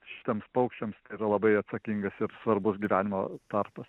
šitiems paukščiams tai yra labai atsakingas ir svarbus gyvenimo tarpas